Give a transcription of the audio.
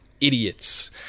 idiots